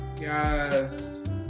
yes